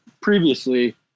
previously